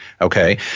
okay